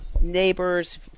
neighbors